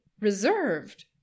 reserved